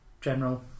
general